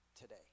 today